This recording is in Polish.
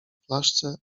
flaszce